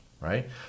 right